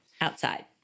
outside